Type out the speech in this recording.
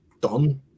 done